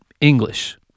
English